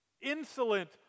insolent